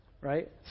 right